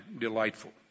delightful